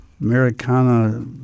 Americana